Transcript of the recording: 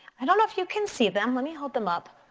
i don't know if you can see them, let me hold them up.